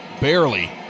Barely